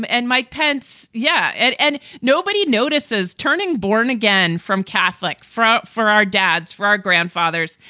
um and mike pence. yeah. and and nobody notices. turning born again from catholic front for our dads, for our grandfathers,